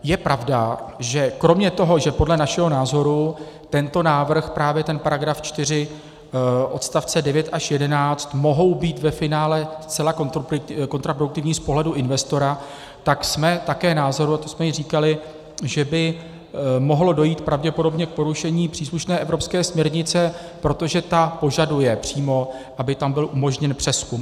Je pravda, že kromě toho, že podle našeho názoru tento návrh právě ten paragraf 4 odstavce 9 až 11 mohou být ve finále zcela kontraproduktivní z pohledu investora, tak jsme také názoru, a to jsme již říkali, že by mohlo dojít pravděpodobně k porušení příslušné evropské směrnice, protože ta požaduje přímo, aby tam byl umožněn přezkum.